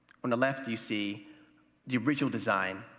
on the left you see the original design.